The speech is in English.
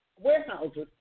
warehouses